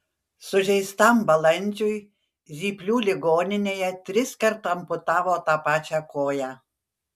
sužeistam balandžiui zyplių ligoninėje triskart amputavo tą pačią koją